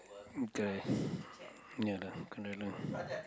guess ya lah cannot lah